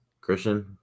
Christian